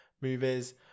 movies